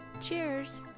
Cheers